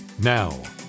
Now